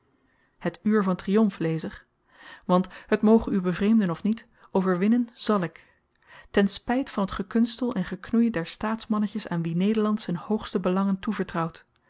het uur van triumf lezer want het moge u bevreemden of niet overwinnen zàl ik ten spyt van t gekunstel en geknoei der staatsmannetjes aan wien nederland z'n hoogste belangen toevertrouwt